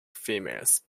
females